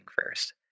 first